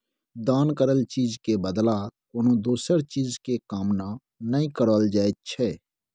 दान करल चीज के बदला कोनो दोसर चीज के कामना नइ करल जाइ छइ